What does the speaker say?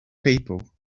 people